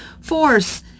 force